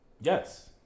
Yes